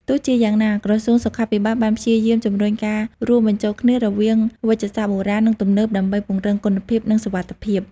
ទោះជាយ៉ាងណា ក្រសួងសុខាភិបាលបានព្យាយាមជំរុញការរួមបញ្ចូលគ្នារវាងវេជ្ជសាស្ត្របុរាណនិងទំនើបដើម្បីពង្រឹងគុណភាពនិងសុវត្ថិភាព។